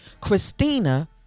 Christina